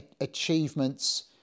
achievements